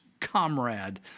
comrade